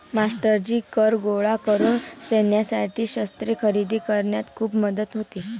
मास्टरजी कर गोळा करून सैन्यासाठी शस्त्रे खरेदी करण्यात खूप मदत होते